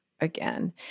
Again